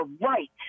right